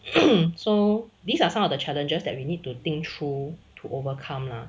so these are some of the challenges that we need to think through to overcome lah